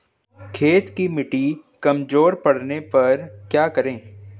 खेत की मिटी कमजोर पड़ने पर क्या करें?